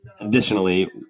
Additionally